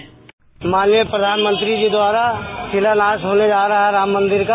bite माननीय प्रधानमंत्री जी द्वारा शिलान्यास होने जा रहा है राम मंदिर का